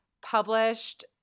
published